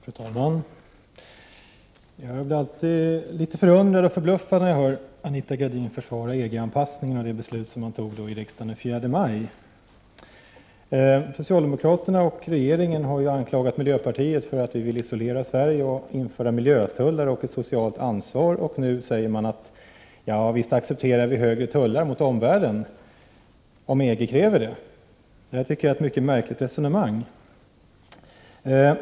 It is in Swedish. Fru talman! Jag blir alltid litet förbluffad när jag hör Anita Gradin försvara EG-anpassningen och det beslut som fattades i riksdagen den 4 maj. Socialdemokraterna och regeringen har anklagat oss i miljöpartiet för att vilja isolera Sverige samt för att vilja införa miljötullar och ett socialt ansvar för handeln. Nu säger man: Ja, visst accepterar vi högre tullar gentemot omvärlden, om EG kräver det. Jag tycker att det är ett mycket märkligt resonemang.